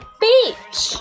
beach